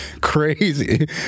crazy